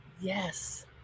yes